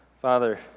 Father